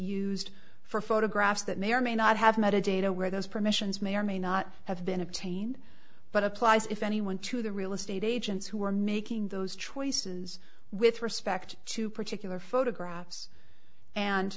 used for photographs that may or may not have met a dado where those permissions may or may not have been obtained but applies if anyone to the real estate agents who are making those choices with respect to particular photographs and